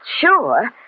sure